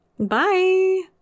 Bye